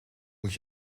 moet